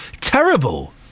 Terrible